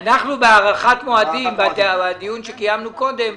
בהארכת מועדים, בדיון שקיימנו קודם,